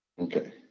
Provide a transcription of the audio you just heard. Okay